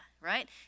right